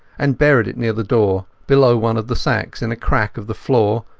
and buried it near the door below one of the sacks in a crack of the floor,